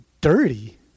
dirty